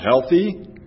healthy